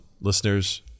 listeners